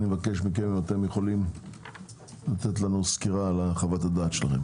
אבקש לתת לנו סקירה על חוות הדעת.